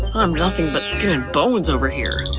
i'm nothing but skin and bones over here!